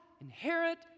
inherit